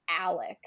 ALEC